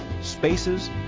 spaces